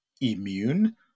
immune